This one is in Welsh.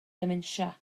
dementia